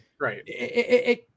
right